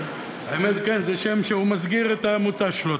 האמת, כן, זה שם שמסגיר את המוצא שלו.